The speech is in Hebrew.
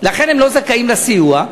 לכן הם לא זכאים לסיוע,